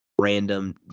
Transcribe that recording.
random